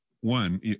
one